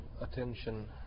attention